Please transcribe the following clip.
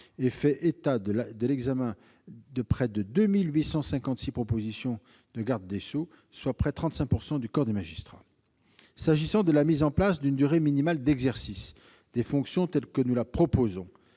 et fait état de l'examen de 2 856 propositions de nomination du garde des sceaux, soit près de 35 % du corps des magistrats. La mise en place d'une durée minimale d'exercice des fonctions, telle que nous la proposons,